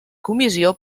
comissió